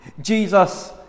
Jesus